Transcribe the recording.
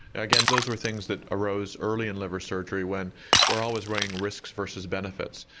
again those were things that arose early in liver surgery when we're always running risks versus benefits.